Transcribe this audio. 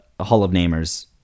hall-of-namers